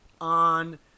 on